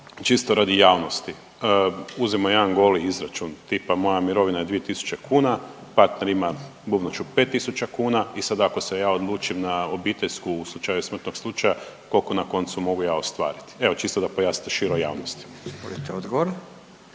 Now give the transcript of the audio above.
čisto radi javnosti. Uzmimo jedan goli izračun tipa moja mirovina je 2000 kuna, partner ima bubnut ću 5000 kuna. I sad ako se ja odlučim na obiteljsku u slučaju smrtnog slučaja koliko na koncu mogu ja ostvariti. Evo čisto da pojasnite široj javnosti.